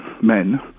men